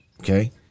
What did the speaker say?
Okay